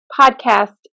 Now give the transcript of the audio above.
podcast